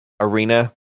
arena